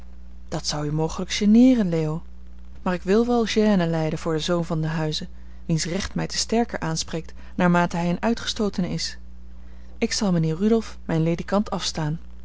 dat zou u mogelijk geneeren leo maar ik wil wel gêne lijden voor den zoon van den huize wiens recht mij te sterker aanspreekt naarmate hij een uitgestootene is ik zal mijnheer rudolf mijn ledikant afstaan